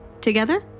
together